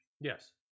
Yes